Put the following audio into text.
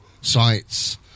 sites